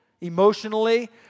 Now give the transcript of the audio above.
emotionally